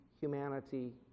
humanity